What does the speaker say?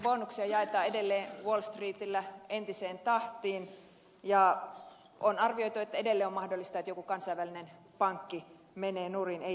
bonuksia jaetaan edelleen wall streetillä entiseen tahtiin ja on arvioitu että edelleen on mahdollista että joku kansainvälinen pankki menee nurin ei selviä